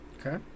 Okay